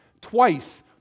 Twice